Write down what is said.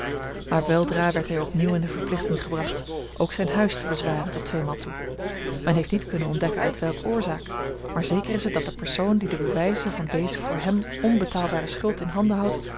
maar weldra werd hij opnieuw in de verplichting gebracht ook zijn huis te bezwaren tot tweemaal toe men heeft niet kunnen ontdekken uit welke oorzaak maar zeker is het dat de persoon die de bewijzen van deze voor hem onbetaalbare schuld in handen houdt